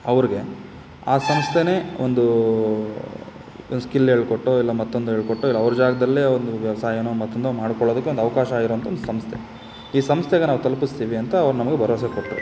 ಅವ್ರಿಗೆ ಆ ಸಂಸ್ಥೆಯೇ ಒಂದು ಸ್ಕಿಲ್ ಹೇಳ್ಕೊಟ್ಟೋ ಇಲ್ಲ ಮತ್ತೊಂದು ಹೇಳ್ಕೊಟ್ಟೋ ಇಲ್ಲ ಅವ್ರ ಜಾಗದಲ್ಲೇ ಒಂದು ವ್ಯವಸಾಯನೋ ಮತ್ತೊಂದೋ ಮಾಡ್ಕೊಳ್ಳೋದಕ್ಕೆ ಒಂದು ಅವಕಾಶ ಇರೋಂಥ ಒಂದು ಸಂಸ್ಥೆ ಈ ಸಂಸ್ಥೆಗೆ ನಾವು ತಲ್ಪಿಸ್ತೀವಿ ಅಂತ ಅವ್ರು ನಮಗೆ ಭರವಸೆ ಕೊಟ್ಟರು